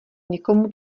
někomu